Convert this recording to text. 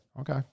Okay